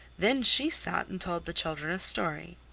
then she sat and told the children a story.